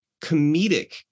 comedic